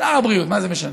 שר הבריאות, מה זה משנה.